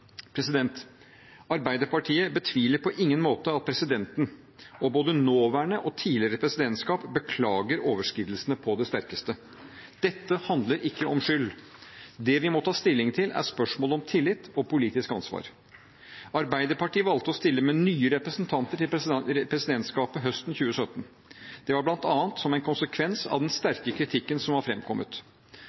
Arbeiderpartiet betviler på ingen måte at presidenten og både nåværende og tidligere presidentskap beklager overskridelsene på det sterkeste. Dette handler ikke om skyld. Det vi må ta stilling til, er spørsmålet om tillit og politisk ansvar. Arbeiderpartiet valgte å stille med nye representanter til presidentskapet høsten 2017. Det var bl.a. som en konsekvens av den sterke kritikken som var